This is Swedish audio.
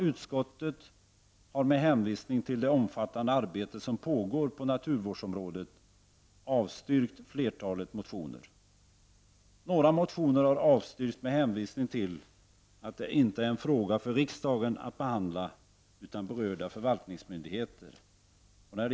Utskottet har med hänvisning till det omfattande arbete som pågår på naturvårdsområdet avstyrkt flertalet motioner. Några motioner har avstyrkts med hänvisning till att frågan de berör inte är en fråga för riksdagen att behandla utan för berörda förvaltningsmyndigheter.